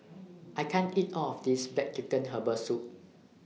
I can't eat All of This Black Chicken Herbal Soup